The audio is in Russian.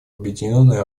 объединенные